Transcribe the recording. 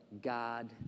God